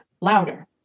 louder